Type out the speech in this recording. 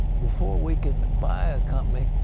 before we can buy a company,